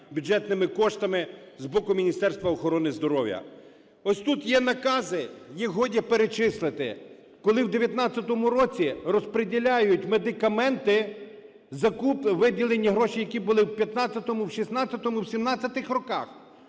бюджетними коштами з боку Міністерства охорони здоров'я. Ось тут є накази, їх годі перечислити, коли в 19-му році розприділяють медикаменти…, виділені гроші, які були в 15-му, в 16-му, в 17-му роках.